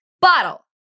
bottle